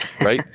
right